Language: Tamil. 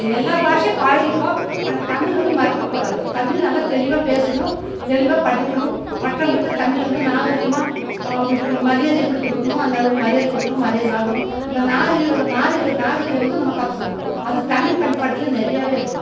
எல்லா பாஷையும் பழகிக்கோ ஆனால் தமிழ் வந்து மறக்கக்கூடாது தமிழ் நல்ல தெளிவாக பேசணும் தெளிவாக படிக்கணும் மற்றவுங்ககிட்ட தமிழில் வந்து நாகரிகமாக அவங்களுக்கு மரியாதை எப்படி கொடுக்கணுமோ அந்த அளவுக்கு மரியாதை கொடுக்கணும் மரியாதை வாங்கணும் அந்த நாகரிகளும் நாகரிகம் வந்து நம்ம கற்றுக்குணும் அது தமிழ் பண்பாடில் நிறையாவே இருக்கு